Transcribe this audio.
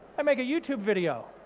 i make a youtube video,